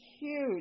huge